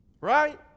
right